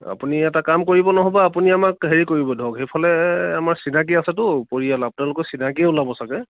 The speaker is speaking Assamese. আপুনি এটা কাম কৰিব নহবা আপুনি আমাক হেৰি কৰিব ধৰক সেইফালে আমাৰ চিনাকি আছেতো পৰিয়াল আপোনালোকৰ চিনাকিয়ে ওলাব চাগৈ